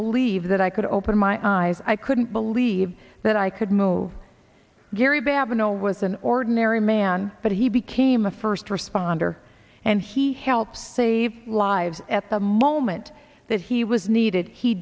believe that i could open my eyes i couldn't believe that i could move gary babineau was an ordinary man but he became a first responder and he help save lives i've at the moment that he was needed he